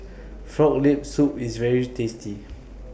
Frog Leg Soup IS very tasty